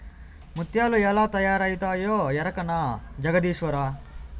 ముత్యాలు ఎలా తయారవుతాయో ఎరకనా జగదీశ్వరా